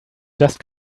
just